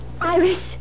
Iris